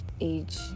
age